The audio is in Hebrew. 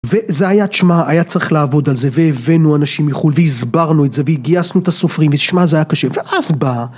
וזה היה, תשמע, היה צריך לעבוד על זה, והבאנו אנשים מחול והסברנו את זה, והגייסנו את הסופרים, תשמע, זה היה קשה, ואז באה.